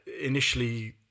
initially